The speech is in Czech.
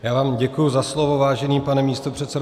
Já vám děkuji za slovo, vážený pane místopředsedo.